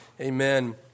Amen